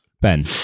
ben